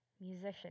musician